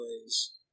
ways